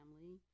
family